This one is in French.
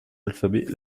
alphabet